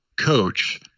coach